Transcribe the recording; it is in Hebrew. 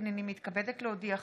הינני מתכבדת להודיעכם,